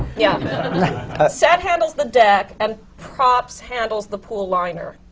yeah set handles the deck and props handles the pool liner.